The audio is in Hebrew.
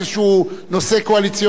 שאף פעם לא עשתה את זה,